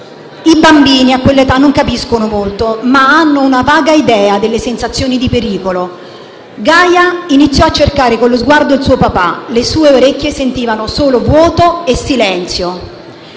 I bambini a quest'età non capiscono molto, ma hanno una vaga idea della sensazione di pericolo. Gaia iniziò a cercare con lo sguardo il suo papà. Le sue orecchie sentivano solo vuoto e silenzio.